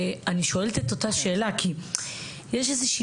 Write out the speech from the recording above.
אני שואלת את אותה שאלה כי יש איזושהי